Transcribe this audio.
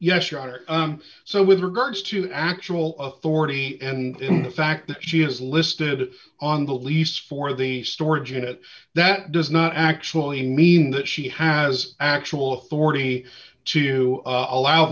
yes your honor so with regards to actual authority and the fact that she is listed on the lease for the storage unit that does not actually mean that she has actual authority to allow